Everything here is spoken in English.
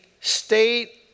state